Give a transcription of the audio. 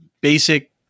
basic